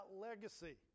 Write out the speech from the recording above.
legacy